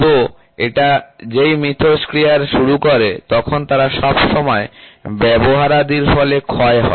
তো এটা যেই মিথস্ক্রিয়ার শুরু করে তখন তারা সবসময় ব্যবহারাদির ফলে ক্ষয় হয়